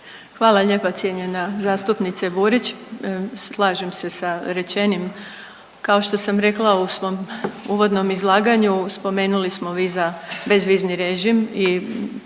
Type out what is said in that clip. Hvala lijepa cijenjena zastupnice Burić, slažem se sa rečenim. Kao što sam rekla u svom uvodnom izlaganju, spomenuli smo viza, bezvizni režim